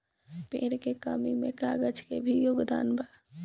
पेड़ के कमी में कागज के भी योगदान बा